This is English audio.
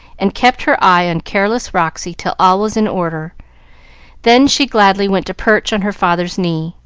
and kept her eye on careless roxy till all was in order then she gladly went to perch on her father's knee,